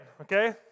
Okay